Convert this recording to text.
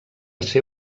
ser